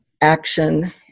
Action